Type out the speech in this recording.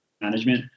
management